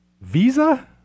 Visa